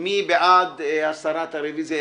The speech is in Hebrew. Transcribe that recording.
מי בעד הרביזיה?